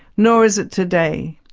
nor is it today.